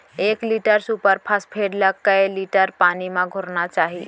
एक litre super phosphate ला कए लीटर पानी मा घोरना हे?